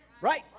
Right